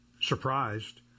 Surprised